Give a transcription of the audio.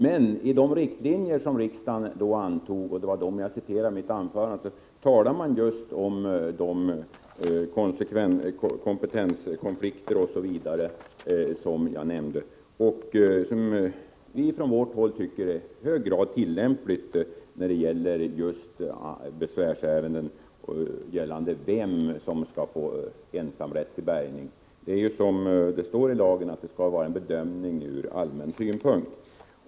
Meni de riktlinjer som riksdagen då antog, och det var dem jag citerade i mitt anförande, talar man just om de kompetenskonflikter osv. som jag nämnde. Från vårt håll anser vi att dessa riktlinjer i hög grad är tillämpliga när det gäller just besvärsärenden gällande vem som skall få ensamrätt till bärgning. Som det står i lagen skall det ske en bedömning ur allmän synpunkt.